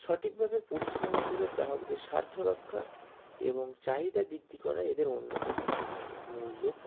সটিকভাবে পরিচালনা করে গ্রাহকদের স্বার্থ রক্ষা এবং চাহিদা বৃদ্ধি করা এদের অন্যতম মূল লক্ষ্য